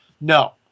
No